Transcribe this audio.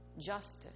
justice